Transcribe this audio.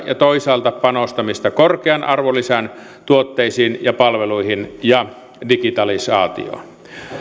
ja toisaalta panostamista korkean arvonlisän tuotteisiin ja palveluihin ja digitalisaatioon